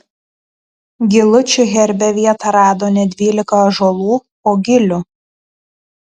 gilučių herbe vietą rado ne dvylika ąžuolų o gilių